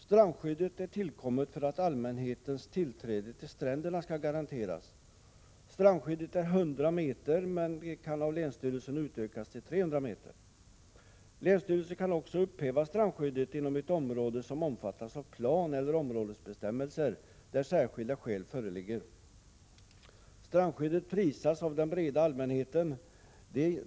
Strandskyddet är tillkommet för att allmänhetens tillträde till stränderna skall garanteras. Strandskyddet är 100 meter, men kan av länsstyrelsen utökas till 300 meter. Länsstyrelsen kan också upphäva strandskyddet inom ett område som omfattas av planeller områdesbestämmelser, när särskilda skäl föreligger. Strandskyddet prisas av den breda allmänheten.